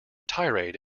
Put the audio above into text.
tirade